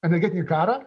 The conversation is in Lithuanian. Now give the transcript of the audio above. energetinį karą